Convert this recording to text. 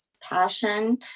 passion